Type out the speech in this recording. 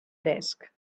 desk